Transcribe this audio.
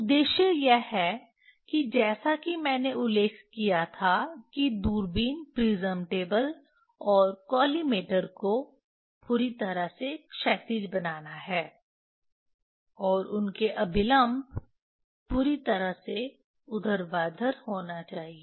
उद्देश्य यह है कि जैसा कि मैंने उल्लेख किया था कि दूरबीन प्रिज्म टेबल और कॉलिमेटर को पूरी तरह से क्षैतिज बनाना है और उनके अभिलंब पूरी तरह से ऊर्ध्वाधर होना चाहिए